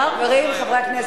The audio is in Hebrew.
חברי הכנסת,